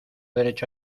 derecho